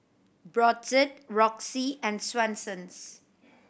Brotzeit Roxy and Swensens